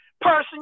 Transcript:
person